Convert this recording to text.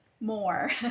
more